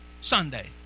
Sunday